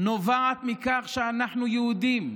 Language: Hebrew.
נובעת מכך שאנחנו יהודים,